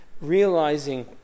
realizing